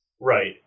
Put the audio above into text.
Right